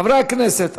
חברי הכנסת,